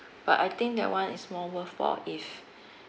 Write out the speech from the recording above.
but I think that one is more worthwhile if